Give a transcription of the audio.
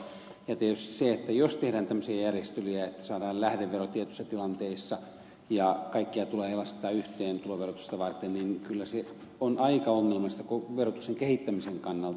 tietysti se että jos tehdään tämmöisiä järjestelyjä että saadaan lähdevero tietyissä tilanteissa ja kaikkia tuloja ei lasketa yhteen tuloverotusta varten niin kyllä se on aika ongelmallista verotuksen kehittämisen kannalta